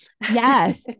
Yes